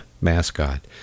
mascot